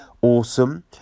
awesome